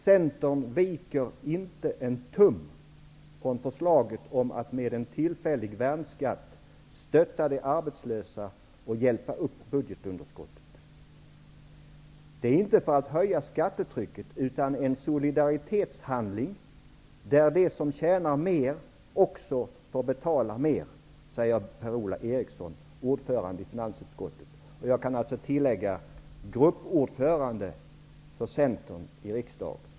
''Centern viker inte en tum från förslaget om att med en tillfällig värnskatt stötta de arbetslösa och hjälpa upp budgetunderskottet. Det är inte för att höja skattetrycket, utan en solidaritetshandling där de som tjänar mer också får betala mer, säger Per-Ola Eriksson ordförande i finansutskottet.'' Jag kan tillägga: gruppordförande för Centern i riksdagen.